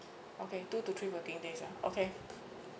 okay two to three workings days ah okay